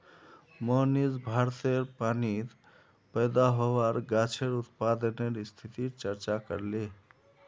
मोहनीश भारतेर पानीत पैदा होबार गाछेर उत्पादनेर स्थितिर चर्चा करले